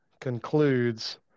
concludes